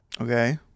Okay